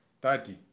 Thirty